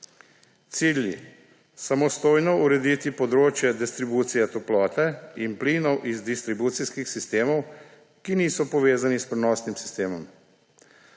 samostojno urediti področje distribucije toplote in plinov iz distribucijskih sistemov, ki niso povezani s prenosnim sistemom,